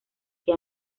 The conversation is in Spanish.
que